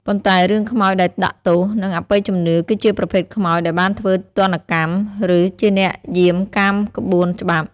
ប៉ុន្តែរឿងខ្មោចដែលដាក់ទោស និងអបិយជំនឿ គឺជាប្រភេទខ្មោចដែលបានធ្វើទណ្ឌកម្ម ឬជាអ្នកយាមកាមក្បួនច្បាប់។